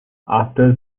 after